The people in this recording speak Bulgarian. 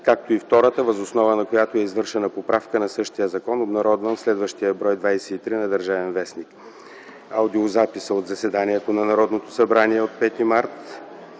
както и втората, въз основа на която е извършена поправка на същия закон, обнародван в следващия бр. 23 на „Държавен вестник” от 2010 г., аудиозаписа от заседанието на Народното събрание от 5 март